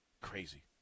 crazy